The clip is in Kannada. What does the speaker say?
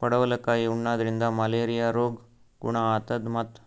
ಪಡವಲಕಾಯಿ ಉಣಾದ್ರಿನ್ದ ಮಲೇರಿಯಾ ರೋಗ್ ಗುಣ ಆತದ್ ಮತ್ತ್